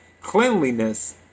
Cleanliness